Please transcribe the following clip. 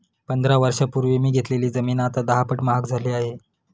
पंधरा वर्षांपूर्वी मी घेतलेली जमीन आता दहापट महाग झाली आहे